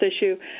issue